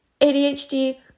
ADHD-